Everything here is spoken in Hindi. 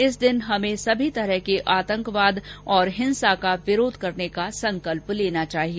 इस दिन हमे सभी तरह के आतंकवाद और हिंसा का विरोध करने का संकल्प लेना चाहिए